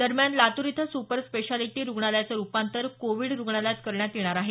दरम्यान लातूर इथं super speciality रुग्णालयाचं रुपांतर कोविड रुग्णालयात करण्यात येणार आहे